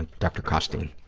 and dr. costine.